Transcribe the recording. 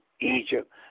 Egypt